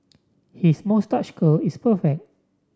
his moustache curl is perfect